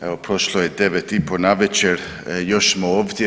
Evo prošlo je 9 i pol navečer još smo ovdje.